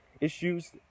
issues